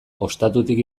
ostatutik